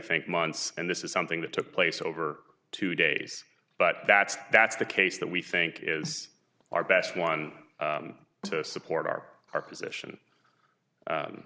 think months and this is something that took place over two days but that's that's the case that we think is our best one to support our our position